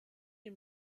ihm